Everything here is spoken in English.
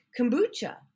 kombucha